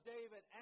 David